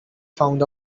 found